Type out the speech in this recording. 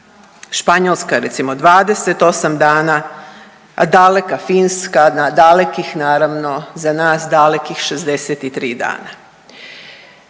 Španjolska recimo 28 dana, a daleka Finska na dalekih naravno za nas dalekih 63 dana.